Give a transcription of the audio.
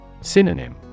Synonym